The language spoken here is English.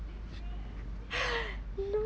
no